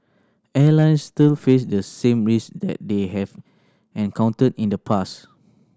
airlines still face the same risk that they have encountered in the past